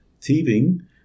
thieving